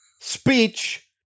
speech